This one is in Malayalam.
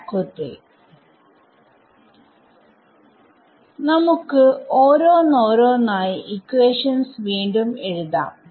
വാക്വത്തിൽ നമ്മുക്ക് ഓരോന്നോരോന്നായി ഇക്വേഷൻസ് വീണ്ടും എഴുതാം